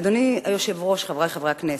אדוני היושב-ראש, חברי חברי הכנסת,